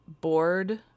bored